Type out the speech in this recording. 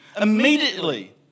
immediately